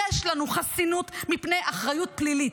יש לנו חסינות מפני אחריות פלילית.